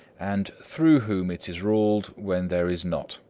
and through whom it is ruled when there is not.